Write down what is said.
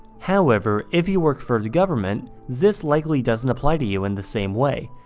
however, if you work for the government, this likely doesn't apply to you in the same way,